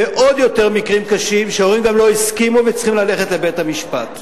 ועוד יותר במקרים קשים שההורים לא הסכימו וצריכים ללכת לבית-המשפט.